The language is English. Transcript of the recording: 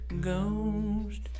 ghost